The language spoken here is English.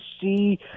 see